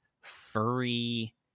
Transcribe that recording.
furry